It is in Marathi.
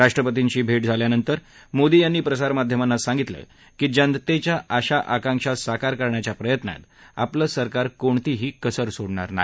राष्ट्रपतींशी भेट झाल्यानंतर मोदी यांनी प्रसारमाध्यमांना सांगितलं की जनतेच्या आशा आकांक्षा साकार करण्याच्या प्रयत्नात आपलं सरकार कोणतीही कसर सोडणार नाही